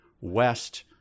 west